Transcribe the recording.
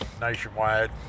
nationwide